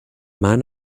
man